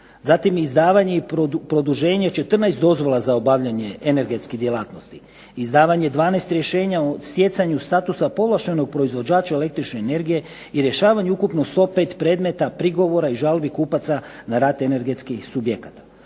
Zatim izdavanje i produženje 14 dozvola za obavljanje energetskih djelatnosti, izdavanje 12 rješenja o stjecanju statusa povlaštenog proizvođača električne energije i rješavanju ukupno 105 predmeta, prigovora i žalbi kupaca na rad energetskih subjekata.